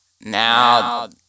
Now